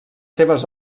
seves